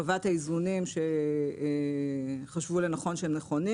שקבע את האיזונים שחשבו לנכון שהם נכונים